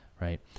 right